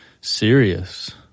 serious